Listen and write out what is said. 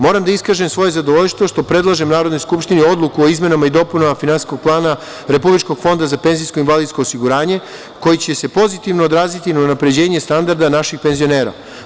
Moram da iskažem svoje zadovoljstvo što predlažem Narodnoj skupštini odluku o izmenama i dopunama finansijskog plana Republičkog Fonda za penzijsko i invalidsko osiguranje koji će se pozitivno odraziti na unapređenje standarda naših penzionera.